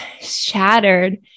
shattered